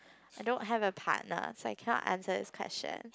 I don't have a partner so I cannot answer this question